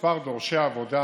במספר דורשי העבודה,